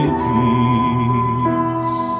peace